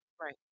Right